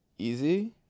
easy